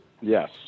Yes